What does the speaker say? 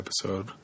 episode